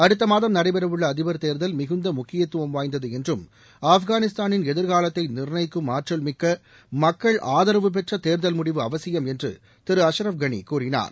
அடுத்த மாதம் நடைபெறவுள்ள அதிபர் தேர்தல் மிகுந்த முக்கியத்துவம் வாய்ந்தது என்றும் ஆப்கானிஸ்தாளின் எதிர்காலத்தை நிர்ணயிக்கும் ஆற்றல் மிக்க மக்கள் ஆதரவு பெற்ற தேர்தல் முடிவு அவசியம் என்று திரு அஷ்ரவ் கனி கூறினார்